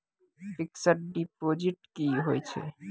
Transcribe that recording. Fixed deposit की होय छै?